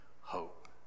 hope